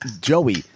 Joey